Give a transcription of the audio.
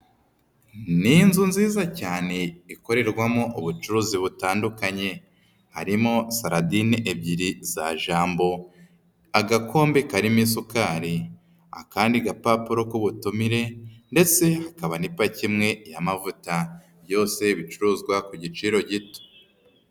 Ni inzu nziza cyane ikorerwamo ubucuruzi butandukanye. Harimo saradine ebyiri za jambo. Agakombe karimo isukari. Akandi gapapuro k'ubutumire, ndetse hakaba n'ipaki imwe y'amavuta. Byose bicuruzwa ku giciro gito.